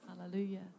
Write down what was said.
hallelujah